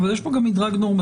אבל יש פה גם מדרג נורמטיבי.